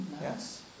Yes